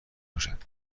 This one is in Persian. باشد